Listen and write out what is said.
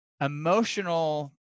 emotional